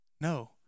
No